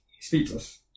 Speechless